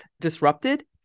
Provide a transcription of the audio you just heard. disrupted